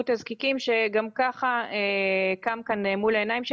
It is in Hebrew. תזקיקים שגם ככה קם כאן מול העיניים שלנו.